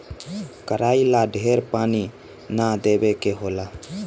कराई ला ढेर पानी ना देवे के होला